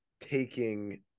taking